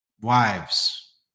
wives